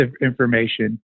information